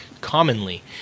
commonly